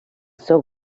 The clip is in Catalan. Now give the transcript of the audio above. seu